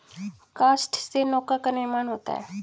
काष्ठ से नौका का निर्माण होता है